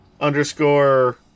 underscore